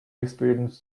experience